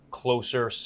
closer